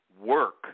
work